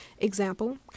Example